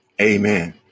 amen